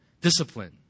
discipline